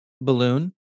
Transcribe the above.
balloon